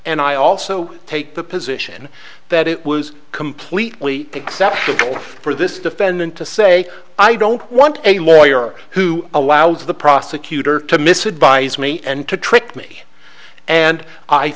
and i also take the position that it was completely acceptable for this defendant to say i don't want a lawyer who allows the prosecutor to miss advise me and to trick me and i